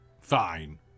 Fine